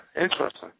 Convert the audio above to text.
Interesting